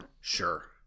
sure